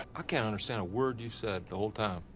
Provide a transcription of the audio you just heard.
ah can't understand a word you said the whole time.